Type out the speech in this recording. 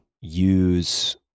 use